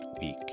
week